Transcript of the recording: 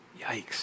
Yikes